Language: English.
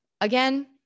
again